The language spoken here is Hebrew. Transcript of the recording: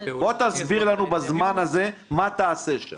תסביר לנו בזמן הזה מה תעשה שם.